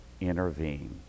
intervene